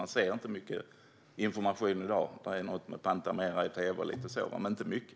Man ser inte mycket information i dag. Det är något med Pantamera i tv och lite sådant men inte mycket.